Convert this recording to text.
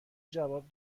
جواب